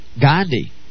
Gandhi